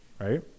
right